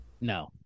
no